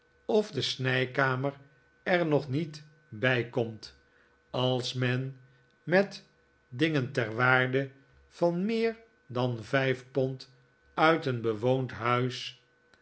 of de snijkamer er nog niet bij komt als men met dingen ter waarde van meer dan vijf pond uit een bewoond huis